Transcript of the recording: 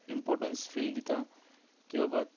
importance feel दिता की बाबा